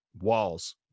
walls